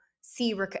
See